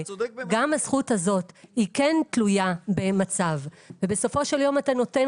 גם הזכות הזאת היא כן תלויה במצב ובסופו של יום אתה נותן